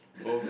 both